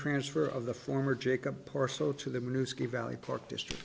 transfer of the former jacob parslow to the new ski valley park district